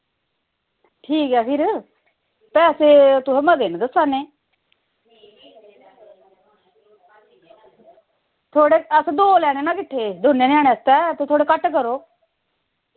ठीक ऐ फिर पैसे तुस मते न दस्सा ने थोह्ड़े असें दो लैने ना किट्ठे दौनें ञ्यानें आस्तै ते थोह्ड़े घट्ट करो